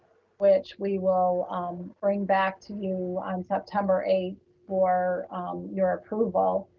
which we will um bring back to you on september eighth for your approval.